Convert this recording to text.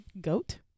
Goat